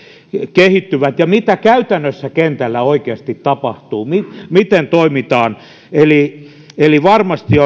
kehittyvät ja mitä käytännössä kentällä oikeasti tapahtuu miten toimitaan eli eli varmasti